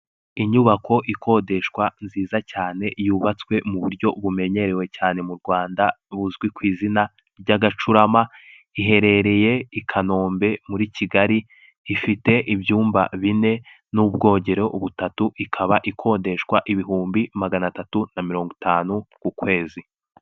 Inyubako ikodeshwa nziza cyane yubatswe mu buryo bumenyerewe cyane mu Rwanda buzwi ku izina ry'agacurama, iherereye i Kanombe muri Kigali, ifite ibyumba bine n'ubwogero butatu, ikaba ikodeshwa ibihumbi magana atatu na mirongo itanu ku kwezi.